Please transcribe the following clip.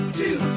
two